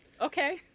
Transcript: Okay